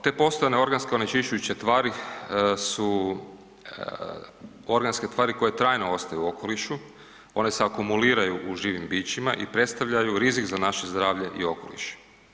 Te postojane organske onečišćujuće tvari su organske tvari koje trajno ostaju u okolišu, one se akumuliraju u živim bićima i predstavljaju rizik za naše zdravlje i okoliš.